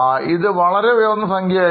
ഇത് വളരെ ഉയർന്ന സംഖ്യ ആയിരുന്നു